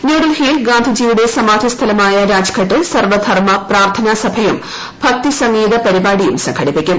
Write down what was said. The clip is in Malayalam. ന്യൂഡൽഹിയിൽ ഗാന്ധിജിയുടെ സമാധിസ്ഥലമായ രാജ്ഘട്ടിൽ സർവ ധർമ്മ പ്രാർത്ഥനാ സഭയും ഭക്തിസംഗീത പരിപാടിയും സംഘടിപ്പിക്കും